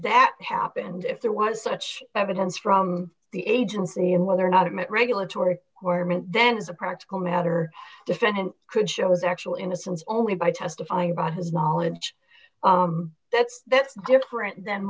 that happened if there was such evidence from the agency and whether or not it meant regulatory or mint then as a practical matter defendant could show was actual innocence only by testifying about his knowledge that's that's different than